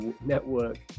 network